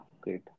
great